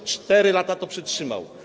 i 4 lata to przetrzymał.